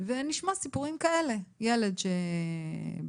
שנים ונשמע סיפורים כאלה - ילד בתרדמת,